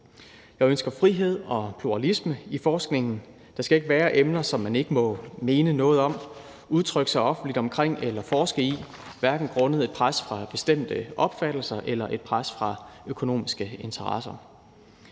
Jeg ønsker frihed og pluralisme i forskningen. Der skal ikke være emner, som man ikke må mene noget om, udtrykke sig offentligt omkring eller forske i, hverken grundet et pres fra bestemte opfattelser eller et pres fra økonomiske interesser.